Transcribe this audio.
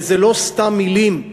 וזה לא סתם מילים.